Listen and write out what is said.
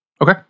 Okay